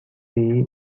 see